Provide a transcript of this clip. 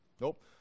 Nope